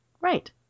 Right